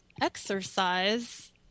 exercise